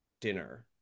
dinner